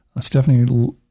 Stephanie